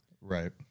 Right